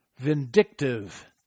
vindictive